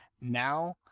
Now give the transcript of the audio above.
now